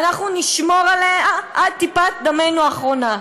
ואנחנו נשמור עליה עד טיפת דמנו האחרונה.